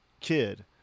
kid